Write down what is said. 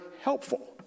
helpful